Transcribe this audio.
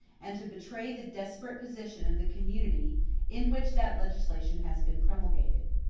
and to betray the desperate position of the community in which that legislation has been promulgated.